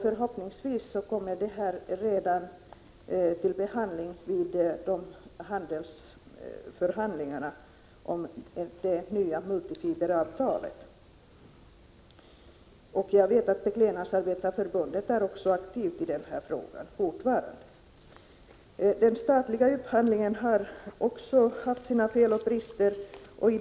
Förhoppningsvis kommer den redan upp till behandling vid handelsförhandlingarna om det nya multifiberavtalet. Jag vet att Beklädnadsarbetareförbundet fortfarande är aktivt i denna fråga. Den statliga upphandlingen har också haft sina fel och brister.